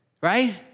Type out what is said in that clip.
right